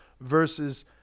versus